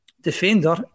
defender